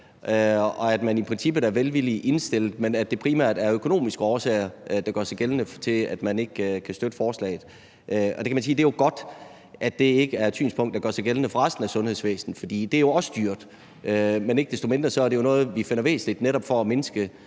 og at man i princippet er velvilligt indstillet, men at det primært er økonomiske årsager, der gør, at man ikke kan støtte forslaget. Man kan sige, at det er godt, at det ikke er et synspunkt, der gør sig gældende for resten af sundhedsvæsenet, for dét er jo også dyrt. Men ikke desto mindre er det noget, vi finder væsentligt, netop for at mindske